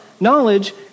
knowledge